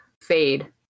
Fade